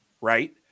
right